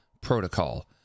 Protocol